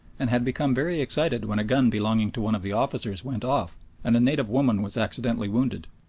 and had become very excited when a gun belonging to one of the officers went off and a native woman was accidentally wounded.